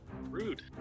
Rude